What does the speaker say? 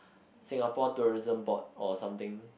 Singapore Tourism Board or something